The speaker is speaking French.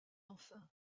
enfin